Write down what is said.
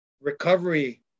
recovery